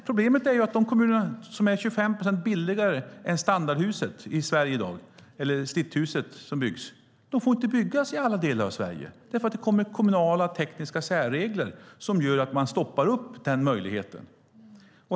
Problemet är de inte får byggas i alla delar av Sverige, därför att det kommer kommunala och tekniska särregler som stoppar den möjligheten.